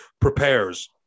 prepares